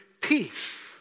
peace